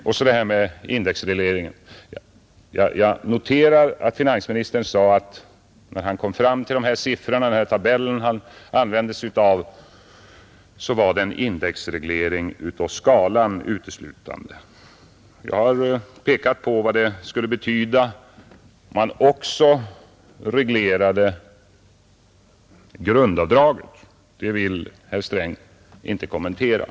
Vad beträffar indexregleringen noterar jag att vad finansministern talade om, när han kom fram till de siffror och den tabell han använde sig av, var uteslutande en indexreglering av skalan. Jag har pekat på vad det skulle betyda, om vi också reglerade grundavdraget. Det vill herr Sträng inte kommentera.